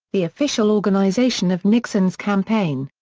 the official organization of nixon's campaign.